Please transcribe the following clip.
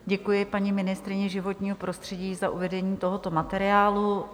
Děkuji paní ministryni životního prostředí za uvedení tohoto materiálu.